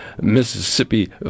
Mississippi